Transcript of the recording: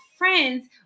Friends